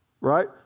right